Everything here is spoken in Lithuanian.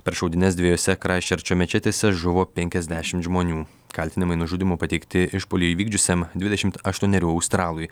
per šaudynes dviejose kraisčerčo mečetėse žuvo penkiasdešimt žmonių kaltinimai nužudymu pateikti išpuolį įvykdžiusiam dvidešimt aštuonerių australui